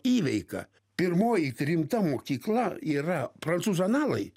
įveika pirmoji rimta mokykla yra prancūzų analai